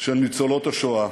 של ניצולות השואה.